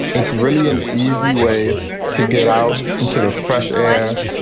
it's really an easy way to get out into the fresh air,